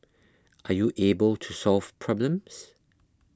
are you able to solve problems